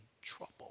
trouble